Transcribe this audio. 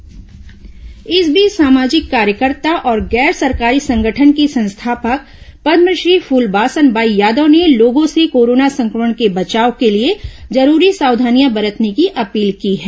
Phulbasan Bai corona सावधानी appeal इस बीच सामाजिक कार्यकर्ता और गैर सरकारी संगठन की संस्थापक पदमश्री फूलबासन बाई यादव ने लोगों से कोरोना संक्रमण से बचाव के लिए जरूरी सावधानियां बरतने की अपील की है